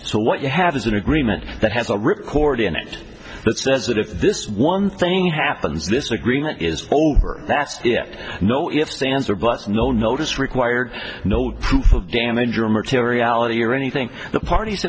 so what you have is an agreement that has a record in it that says that if this one thing happens this agreement is over that's it no ifs ands or butts no notice required no proof of damage or materiality or anything the parties